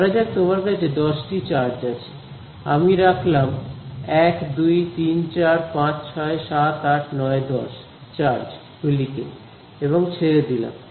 ধরা যাক তোমার কাছে দশটি চার্জ আছে আমি রাখলাম 1 2 3 4 5 6 7 8 9 10 চার্জ গুলিকে এবং ছেড়ে দিলাম